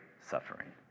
suffering